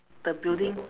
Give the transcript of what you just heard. the building